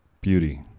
beauty